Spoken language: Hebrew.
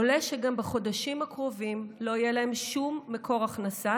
עולה שגם בחודשים הקרובים לא יהיה להם שום מקור הכנסה,